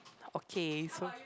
okay so